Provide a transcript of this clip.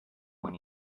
when